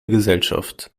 gesellschaft